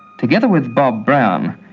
together with bob brown,